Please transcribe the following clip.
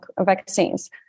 vaccines